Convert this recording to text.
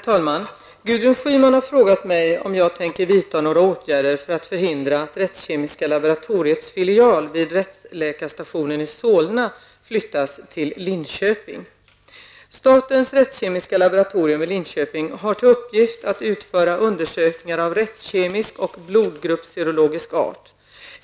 Herr talman! Gudrun Schyman har frågat mig om jag tänker vidta några åtgärder för att förhindra att rättskemiska laboratoriets filial vid rättsläkarstationen i Solna flyttas till Linköping. Linköping har till uppgift att utföra undersökningar av rättskemisk och blodgruppsserologisk art.